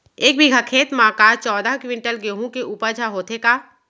एक बीघा खेत म का चौदह क्विंटल गेहूँ के उपज ह होथे का?